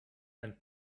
and